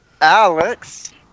Alex